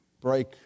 break